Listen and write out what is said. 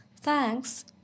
Thanks